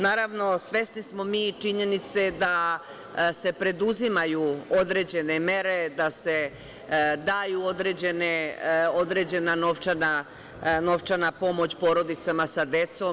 Naravno, svesni smo mi i činjenice da se preduzimaju određene mere da se daju određena novčana pomoć porodicama sa decom.